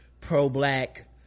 pro-black